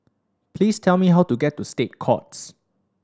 please tell me how to get to State Courts